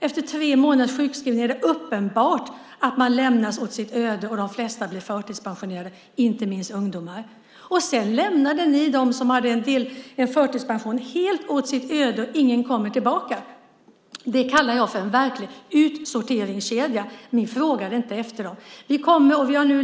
Efter tre månaders sjukskrivning var det uppenbart att man lämnades åt sitt öde, och de flesta blev förtidspensionerade, inte minst ungdomar. Sedan lämnade ni dem som hade förtidspension helt åt sitt öde, och ingen kom tillbaka. Det kallar jag för en verklig utsorteringskedja. Ni frågade inte efter dem.